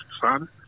son